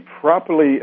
properly